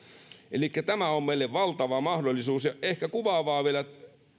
elikkä tämä on meille valtava mahdollisuus ehkä kuvaavaa on vielä